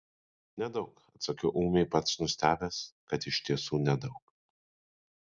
nedaug atsakiau ūmiai pats nustebęs kad iš tiesų nedaug